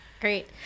great